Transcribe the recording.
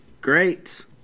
Great